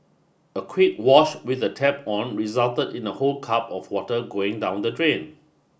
a quick wash with the tap on resulted in a whole cup of water going down the drain